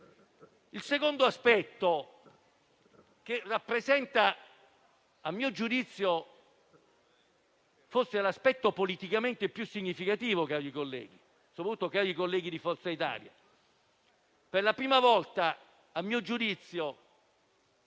Il secondo aspetto che rappresenta - a mio giudizio - forse quello politicamente più significativo - cari colleghi, e soprattutto cari colleghi di Forza Italia - è che, per la prima volta, il Presidente